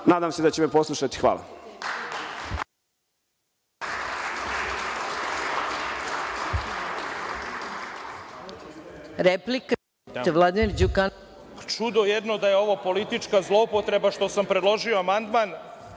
Nadam se da će me poslušati. Hvala.